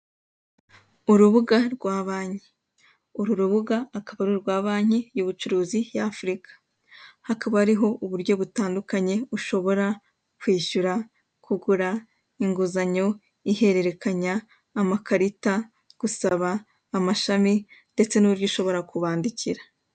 Urubuga rwa banki, uru rubuga akaba ari urwa banki y'ubucuruzi y'afurika. Hakaba hariho uburyo butandukanye ushobora kwishyura kugura inguzanyo ihererekanya amakarita gusaba amashami ndetse n'uburyo ushobora kubandikira.